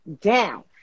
down